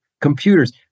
computers